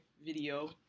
video